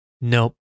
Nope